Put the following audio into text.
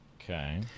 Okay